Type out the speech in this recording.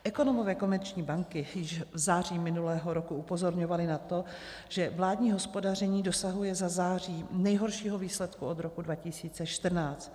Ekonomové Komerční banky již v září minulého roku upozorňovali na to, že vládní hospodaření dosahuje za září nejhoršího výsledku od roku 2014.